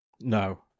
No